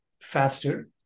faster